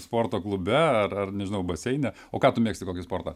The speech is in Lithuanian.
sporto klube ar ar nežinau baseine o ką tu mėgsti kokį sportą